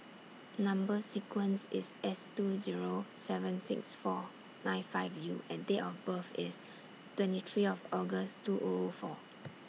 Number sequence IS S two Zero seven six four nine five U and Date of birth IS twenty three of August two O O four